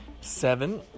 seven